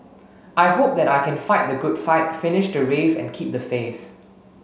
I hope that I can fight the good fight finish the race and keep the faith